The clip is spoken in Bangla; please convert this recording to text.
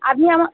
আপনি আমা